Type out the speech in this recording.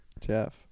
Jeff